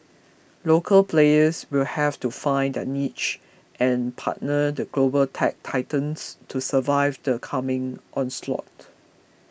local players will have to find their niche and partner the global tech titans to survive the coming onslaught